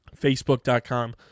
facebook.com